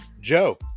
Joe